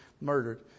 murdered